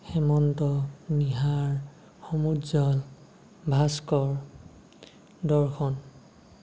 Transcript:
হেমন্ত নিহাৰ সমুজ্জল ভাস্কৰ দৰ্শন